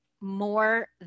more